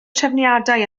trefniadau